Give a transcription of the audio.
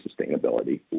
sustainability